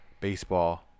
baseball